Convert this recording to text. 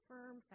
Firm